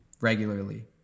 regularly